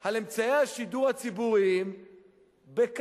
על אמצעי השידור הציבוריים בכספנו,